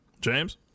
James